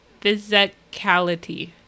physicality